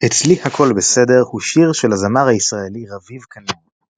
"אצלי הכל בסדר" הוא שיר של הזמר הישראלי רביב כנר.